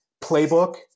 playbook